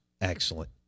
excellent